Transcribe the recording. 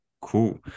cool